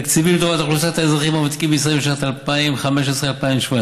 תקציבים לטובת אוכלוסיית האזרחים הוותיקים בישראל בשנים 2015 2017: